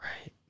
Right